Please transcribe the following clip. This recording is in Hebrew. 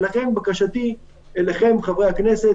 לכן בקשתי אליכם חברי הכנסת,